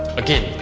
again,